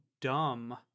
dumb